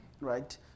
right